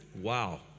Wow